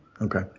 Okay